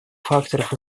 факторов